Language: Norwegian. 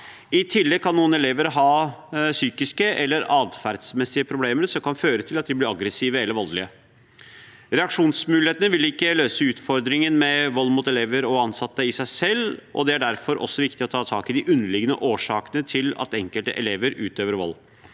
I tillegg kan noen elever ha psykiske eller atferdsmessige problemer som kan føre til at de blir aggressive eller voldelige. Reaksjonsmulighetene vil ikke løse utfordringen med vold mot elever og ansatte i seg selv, og det er derfor også viktig å ta tak i de underliggende årsakene til at enkelte elever utøver vold.